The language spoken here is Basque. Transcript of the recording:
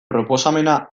proposamena